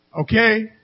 Okay